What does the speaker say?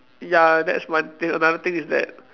ya that's my and another thing is that